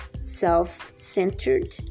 self-centered